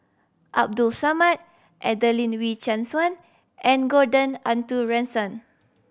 Abdul Samad Adelene Wee Chin Suan and Gordon Arthur Ransome